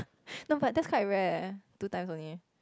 no but that's quite rare two times only